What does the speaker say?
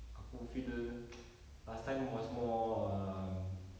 aku feel last time was more um